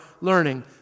learning